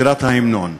שירת ההמנון.